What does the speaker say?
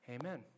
amen